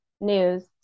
news